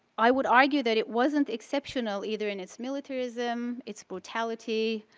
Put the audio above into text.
i would argue that it wasn't exceptional either in its militarism, its brutality,